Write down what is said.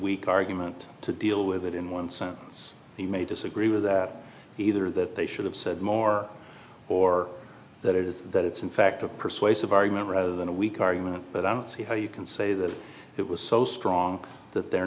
weak argument to deal with that in one sentence you may disagree with either that they should have said more or that is that it's in fact a persuasive argument rather than a weak argument but i don't see how you can say that it was so strong that they're